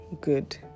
good